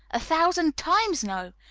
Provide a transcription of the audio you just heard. a thousand times no!